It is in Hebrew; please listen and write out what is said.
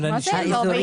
אבל אני שואל.